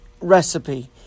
recipe